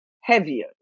heavier